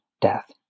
death